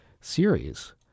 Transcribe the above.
series